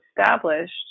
established